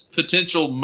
potential